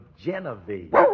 Genevieve